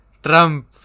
Trump